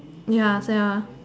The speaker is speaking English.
ya ya